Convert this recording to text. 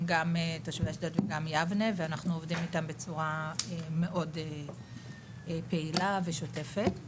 גם תושבי אשדוד וגן יבנה ואנחנו עובדים איתם בצורה מאוד פעילה ושוטפת.